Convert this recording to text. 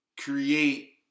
create